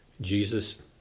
Jesus